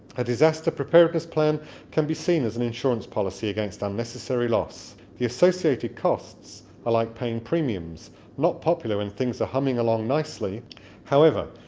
a disaster preparedness plan can be seen as an insurance policy against unnecessary loss the associated costs are like paying premiums not popular when things are humming along nicely however,